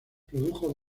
produjo